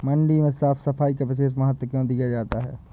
मंडी में साफ सफाई का विशेष महत्व क्यो दिया जाता है?